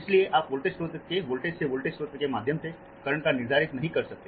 इसलिए आप वोल्टेज स्रोत के वोल्टेज से वोल्टेज स्रोत के माध्यम से करंट का निर्धारित नहीं कर सकते